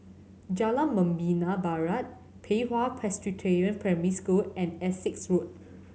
Jalan Membina Barat Pei Hwa Presbyterian Primary School and Essex Road